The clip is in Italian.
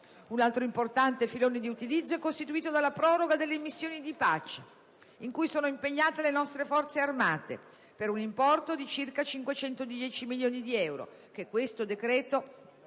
Un altro importante filone di utilizzo è costituito dalla proroga delle missioni di pace in cui sono impegnate le nostre Forze armate, per un importo di circa 510 milioni di euro, che questo decreto-legge